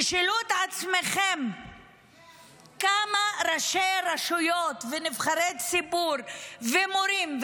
תשאלו את עצמכם כמה ראשי רשויות ונבחרי ציבור ומורים,